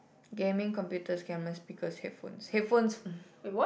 gaming computers camera speakers headphones headphones